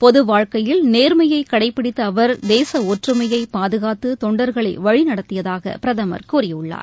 பொதுவாழ்க்கையில் நேர்மையை கடைபிடித்த அவர் தேச ஒற்றுமையை பாதுகாத்து தொண்டர்களை வழிநடத்தியதாக பிரதமர் கூறியுள்ளார்